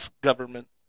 government